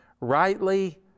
Rightly